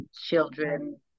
children